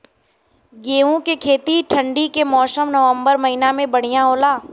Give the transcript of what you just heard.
गेहूँ के खेती ठंण्डी के मौसम नवम्बर महीना में बढ़ियां होला?